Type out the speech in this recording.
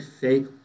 fake